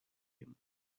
him